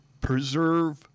preserve